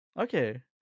okay